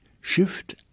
shift